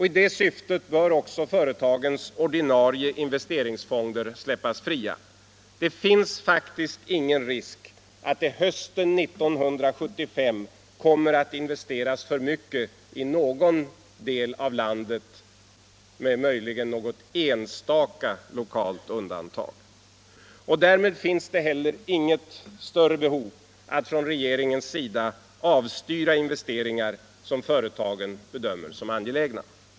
I det syftet bör också företagens ordinarie investeringsfonder släppas fria. Det finns ingen risk för att det fram till hösten 1975 kommer att investeras för mycket i någon del av landet, möjligen med något enstaka undantag. Därmed finns det från regeringens sida heller inget större behov av att avstyra investeringar som företagen bedömer som angelägna.